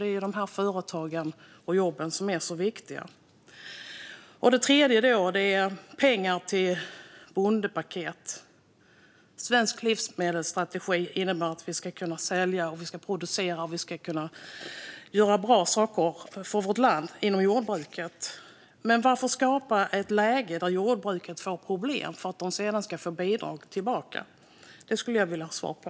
Det är därför dessa företag och jobb är så viktiga. Det sista jag funderar över är pengar till ett bondepaket. Den svenska livsmedelsstrategin innebär att vi ska kunna sälja, producera och göra bra saker inom jordbruket för vårt land. Men varför skapar man ett läge där jordbruket får problem och sedan ger dem bidrag tillbaka på grund av det? Det skulle jag vilja ha svar på.